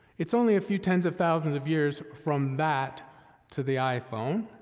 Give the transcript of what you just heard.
it's only a few tens of thousands of years from that to the iphone.